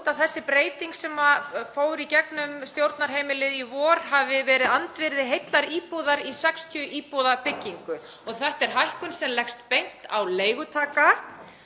að þessi breyting sem fór í gegnum stjórnarheimilið í vor hafi verið andvirði heillar íbúðar í 60 íbúða í byggingu. Þetta er hækkun sem leggst beint á leigutaka.